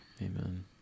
Amen